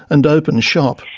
and open shop.